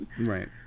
right